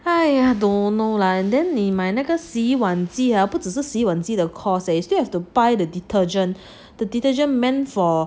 哎呀 dunno lah then 你买那个洗碗机啊不只是洗碗机的 cost eh you still have to buy the detergent the detergent meant for